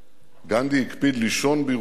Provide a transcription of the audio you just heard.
גנדי הקפיד לישון בירושלים,